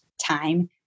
time